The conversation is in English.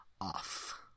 off